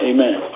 Amen